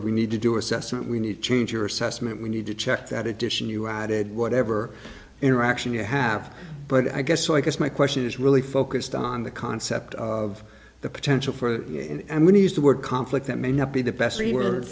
we need to do assessment we need to change your assessment we need to check that addition you added whatever interaction you have but i guess so i guess my question is really focused on the concept of the potential for and when you use the word conflict that may not be the best